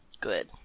Good